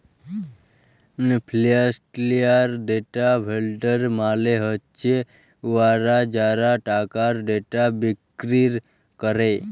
financial data vendor মালে হছে উয়ারা যারা টাকার ডেটা বিক্কিরি ক্যরে